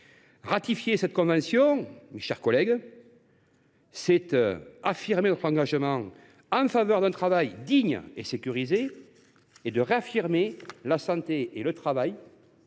Ratifier cette convention, mes chers collègues, c’est affirmer notre engagement en faveur d’un travail digne et sécurisé et réaffirmer la santé et la sécurité